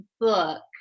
book